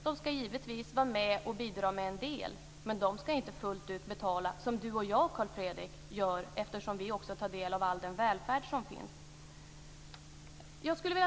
De ska givetvis vara med och bidra med en del, men de ska inte fullt ut betala som Carl Fredrik Graf och jag gör eftersom vi också tar del av all den välfärd som finns här.